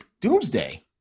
Doomsday